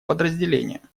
подразделение